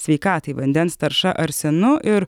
sveikatai vandens tarša arsenu ir